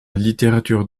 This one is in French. littérature